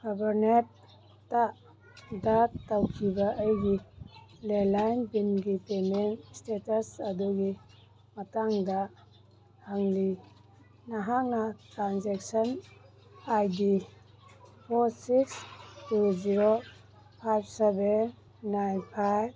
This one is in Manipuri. ꯍꯥꯕꯔꯅꯦꯠꯇ ꯗ ꯇꯧꯈꯤꯕ ꯑꯩꯒꯤ ꯂꯦꯂꯥꯏꯟ ꯕꯤꯜꯒꯤ ꯄꯦꯃꯦꯟ ꯁ꯭ꯇꯦꯇꯁ ꯑꯗꯨꯒꯤ ꯃꯇꯥꯡꯗ ꯍꯪꯂꯤ ꯅꯍꯥꯛꯅ transaction I D four six two zero five seven nine five